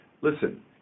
listen